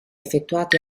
effettuate